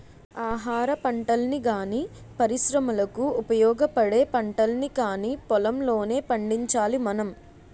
ఆహారపంటల్ని గానీ, పరిశ్రమలకు ఉపయోగపడే పంటల్ని కానీ పొలంలోనే పండించాలి మనం